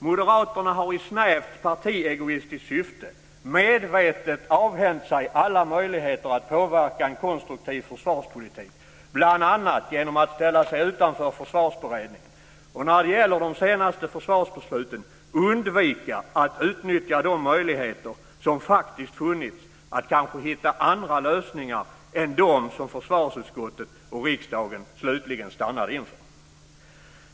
Moderaterna har i snävt partiegoistiskt syfte medvetet avhänt sig alla möjligheter att påverka en konstruktiv försvarspolitik, bl.a. genom att ställa sig utanför försvarsberedningen och när det gäller de senaste försvarsbesluten undvika att utnyttja de möjligheter som faktiskt funnits att kanske hitta andra lösningar än de som försvarsutskottet och riksdagen slutligen stannade för.